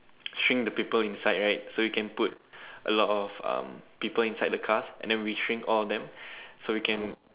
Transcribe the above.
shrink the people inside right so we can put a lot of um people inside the cars and than we shrink all of them so we can